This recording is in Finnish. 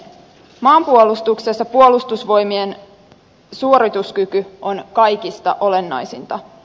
maanpuolustuksessa puolustusvoimien suorituskyky on kaikista olennaisinta